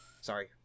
Sorry